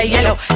Yellow